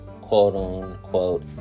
quote-unquote